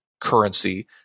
currency